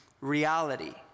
reality